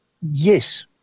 yes